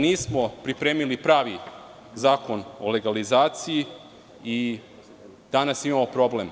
Nismo pripremili pravi zakon o legalizaciji i danas imamo problem.